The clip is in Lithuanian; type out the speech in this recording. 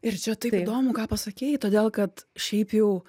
ir čia taip įdomu ką pasakei todėl kad šiaip jau